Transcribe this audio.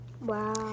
Wow